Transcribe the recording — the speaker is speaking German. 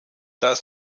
das